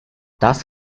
das